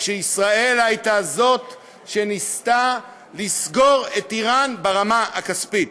כשישראל הייתה זאת שניסתה לסגור את איראן ברמה הכספית.